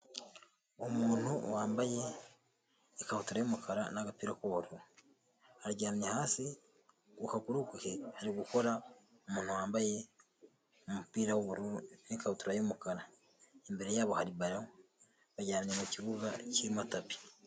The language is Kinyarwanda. Umuntu wambaye ikabutura y'umukara n'agapira k'ubururu, aryamye hasi ku kaguru ke hari gukora umuntu wambaye umupira w'ubururu n'ikabutura y'umukara. Imbere yabo hari baro, baryamye mu kibuga kirimo tapi.